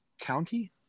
County